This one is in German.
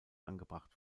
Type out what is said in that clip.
angebracht